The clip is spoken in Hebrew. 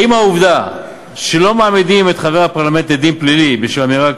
האם העובדה שלא מעמידים את חברי הפרלמנט לדין פלילי בשל אמירה